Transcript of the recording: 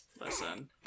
Listen